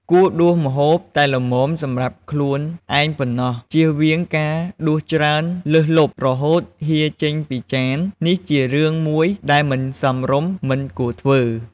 គួរដួសម្ហូបតែល្មមសម្រាប់ខ្លួនឯងប៉ុណ្ណោះ ជៀសវាងការដួសច្រើនលើសលប់ រហូតហៀរចេញពីចាន នេះជារឿងមួយដែលមិនសមរម្យ មិនគួរធ្វើ។